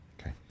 Okay